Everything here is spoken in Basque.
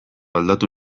aldatu